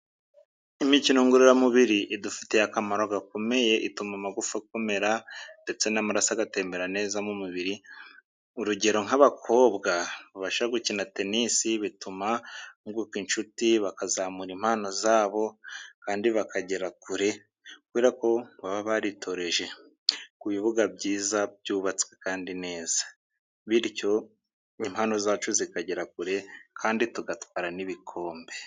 Imikino ngororamubiri idufitiye akamaro gakomeye, ituma amagufa akomera ndetse n'amaraso agatembera neza mu mubiri; urugero nk'abakobwa basha gukina tenisi bituma bunguka inshuti bakazamura impano zabo kandi bakagera kure kubera ko baba baritoreje ku bibuga byiza byubatswe kandi neza, bityo impano zacu zikagera kure kandi tugatwara n'ibikombe.